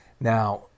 Now